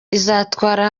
izatwara